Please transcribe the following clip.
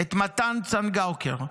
את מתן צנגאוקר,